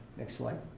next slide.